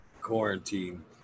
quarantine